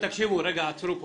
תקשיבו, רגע, עצרו פה,